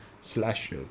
slash